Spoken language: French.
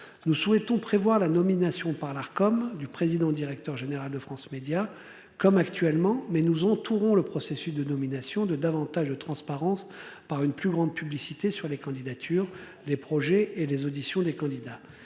Nous souhaitons prévoit la nomination par l'Arcom du président directeur général de France Médias comme actuellement, mais nous entourant le processus de nomination de davantage de transparence par une plus grande publicité sur les candidatures des projets et les auditions des candidats.